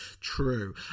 true